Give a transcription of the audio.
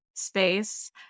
space